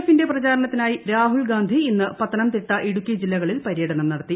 എഫിന്റെ പ്രചാരണത്തിനായി രാഹുൽ ഗാന്ധി ഇന്ന് പത്തനംതിട്ട ഇടുക്കി ജില്ലകളിൽ പരൃടനം നടത്തി